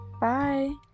Bye